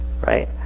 right